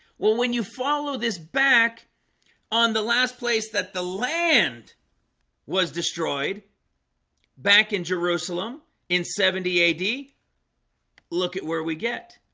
well when you follow this back on the last place that the land was destroyed back in jerusalem in seventy a d look at where we get